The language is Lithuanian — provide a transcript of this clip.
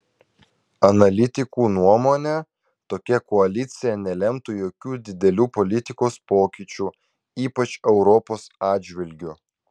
analitikų nuomone tokia koalicija nelemtų jokių didelių politikos pokyčių ypač europos atžvilgiu